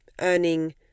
earning